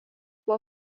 buvo